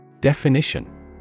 Definition